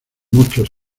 muchos